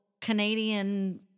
Canadian